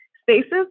Spaces